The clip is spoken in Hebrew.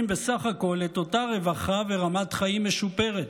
בסך הכול את אותה רווחה ורמת חיים משופרת.